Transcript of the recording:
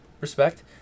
Respect